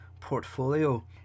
portfolio